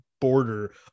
border